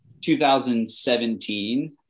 2017